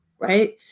right